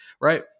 right